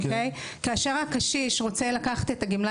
כאשר קשיש רוצה לקחת את הגמלה